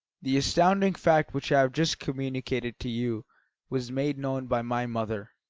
the astounding fact which i have just communicated to you was made known by my mother,